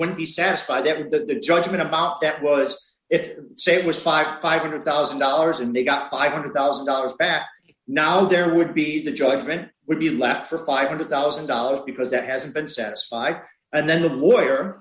would be satisfied that the judgment about that was if say it was five five hundred thousand dollars and they got five hundred thousand dollars back now there would be the judgment would be left for five hundred thousand dollars because that hasn't been satisfied and then the lawyer